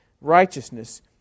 righteousness